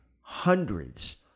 hundreds